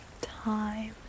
time